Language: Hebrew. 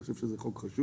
אני חושב שזה חוק חשוב.